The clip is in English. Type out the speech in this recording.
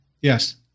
Yes